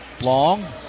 Long